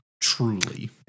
truly